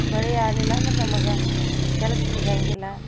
ಮಳೆ ಆಗ್ಲಿಲ್ಲ ಅಂದ್ರೆ ನಮಗೆ ಕೆಲಸ ಸಿಗಂಗಿಲ್ಲ